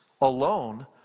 alone